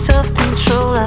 Self-control